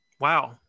Wow